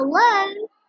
Hello